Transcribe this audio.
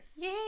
Yay